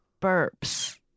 burps